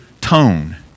tone